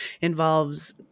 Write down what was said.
involves